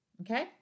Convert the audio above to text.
Okay